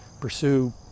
pursue